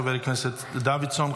חבר הכנסת דוידסון,